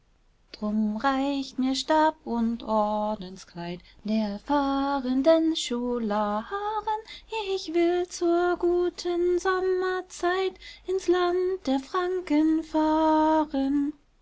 drum reicht mir stab und ordenskleid der fahrenden scholaren ich will zur guten sommerzeit ins land der franken fahren